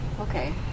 Okay